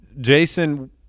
Jason